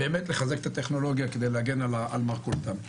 באמת לחזק את הטכנולוגיה כדי להגן על מרכולתם החקלאית.